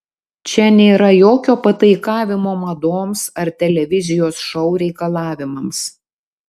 čia nėra jokio pataikavimo madoms ar televizijos šou reikalavimams